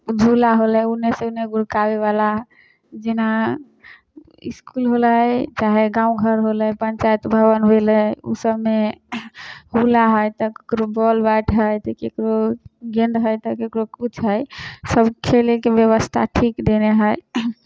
हूला होलै उने से उने गुड़काबैबला जेना इसकुलबला अइ चाहे गाँव घर होलै पञ्चायत भवन हो गेलै ओ सभमे हूला हइ तऽ ककरो बॉल बैट हइ तऽ केकरो गेन्द हइ तऽ ककरो किछु हइ सभ खेलैके व्यवस्था ठीक देने हइ